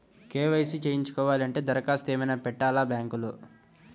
KYC చేయించుకోవాలి అంటే దరఖాస్తు ఏమయినా పెట్టాలా బ్యాంకులో?